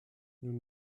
nous